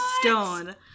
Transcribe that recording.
stone